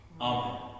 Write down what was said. Amen